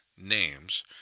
names